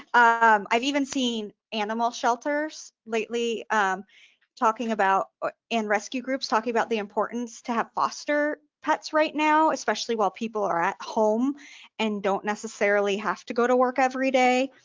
um i've even seen animal shelters lately talking about and rescue groups talking about the importance to have foster pets right now, especially while people are at home and don't necessarily have to go to work every day,